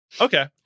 Okay